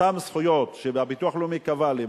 אותן זכויות שהביטוח הלאומי קבע לי,